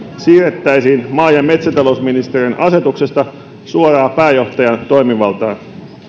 siirrettäisiin maa ja metsätalousministeriön asetukselta suoraan pääjohtajan toimivaltaan